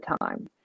time